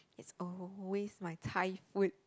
it's always my Thai food